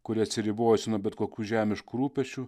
kuri atsiribojusi nuo bet kokių žemiškų rūpesčių